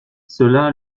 cela